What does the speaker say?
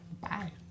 bye